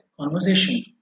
conversation